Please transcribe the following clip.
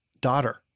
daughter